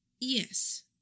Yes